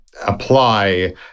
apply